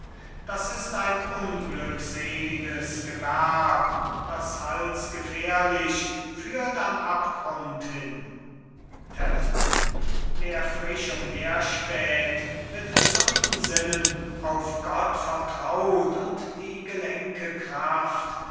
das ist ein unglückseliges gewerb das halsgefährlich führt am abgrund hin tell wer frisch umherspäht mit gesunden sinnen auf gott vertraut und die gelenke kraft